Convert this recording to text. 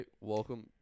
welcome